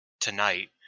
tonight